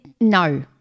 No